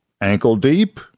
ankle-deep